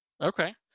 Okay